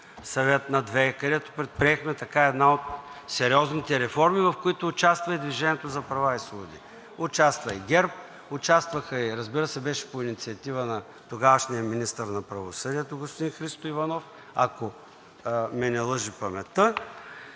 съвет на две, където предприехме една от сериозните реформи, в които участва и „Движение за права и свободи“, участва и ГЕРБ, и разбира се, беше по инициатива на тогавашния министър на правосъдието господин Христо Иванов, ако не ме лъже паметта,